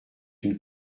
une